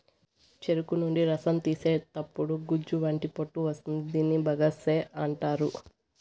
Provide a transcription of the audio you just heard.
చెరుకు నుండి రసం తీసేతప్పుడు గుజ్జు వంటి పొట్టు వస్తుంది దీనిని బగస్సే అంటారు